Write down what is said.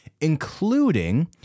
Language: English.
including